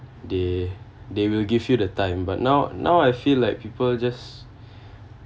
they they will give you the time but now now I feel like people just